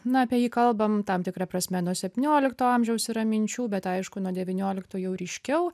na apie jį kalbam tam tikra prasme nuo septyniolikto amžiaus yra minčių bet aišku nuo devyniolikto jau ryškiau